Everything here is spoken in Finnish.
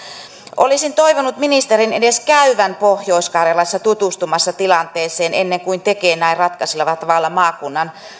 olisin toivonut ministerin edes käyvän pohjois karjalassa tutustumassa tilanteeseen ennen kuin tekee näin ratkaisevalla tavalla maakunnan